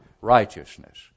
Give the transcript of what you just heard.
righteousness